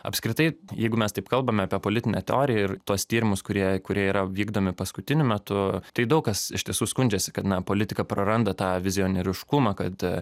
apskritai jeigu mes taip kalbame apie politinę teoriją ir tuos tyrimus kurie kurie yra vykdomi paskutiniu metu tai daug kas iš tiesų skundžiasi kad na politika praranda tą vizionieriškumą kad